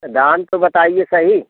दाम तो बताइए सही